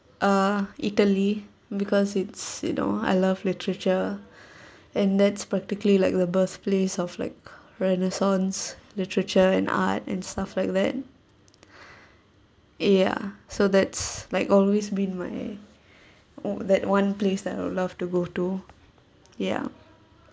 uh italy because it's you know I love literature and that's practically like the birthplace of like renaissance literature and art and stuff like that ya so that's like always been my that one place that I'd love to go to ya